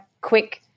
quick